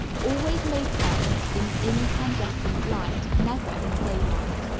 always make up in incandescent light, never in daylight.